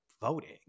voting